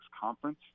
conference